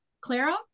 Clara